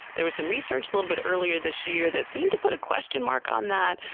there was some research a little bit earlier this year that seemed to put a question mark on that.